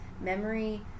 memory